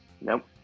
nope